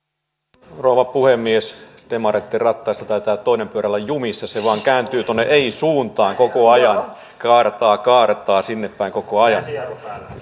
arvoisa rouva puhemies demareitten rattaissa taitaa toinen pyörä olla jumissa se vain kääntyy tuonne ei suuntaan koko ajan kaartaa kaartaa sinne päin koko ajan